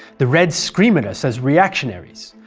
the reds scream at us as reactionaries,